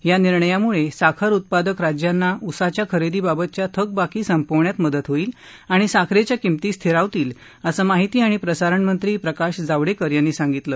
या निर्णयामुळं साखर उत्पादक राज्यांना ऊसाच्या खरेदी बाबतच्या थकबाकी संपवण्यात मदत होईल आणि साखरेच्या किंमती स्थिरावतील असं माहिती आणि प्रसारण मंत्री प्रकाश जावडेकर यांनी सांगितलं